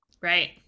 Right